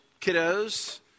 kiddos